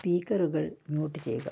സ്പീക്കറുകൾ mute ചെയ്യുക